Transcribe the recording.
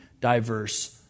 diverse